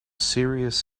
serious